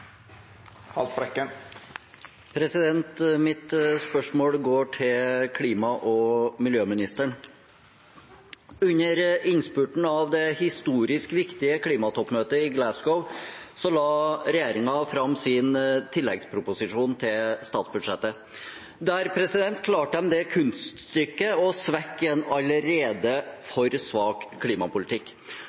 Mitt spørsmål går til klima- og miljøministeren. Under innspurten av det historisk viktige klimatoppmøtet i Glasgow la regjeringen fram sin tilleggsproposisjon til statsbudsjettet. Der klarte de det kunststykket å svekke en allerede for svak klimapolitikk.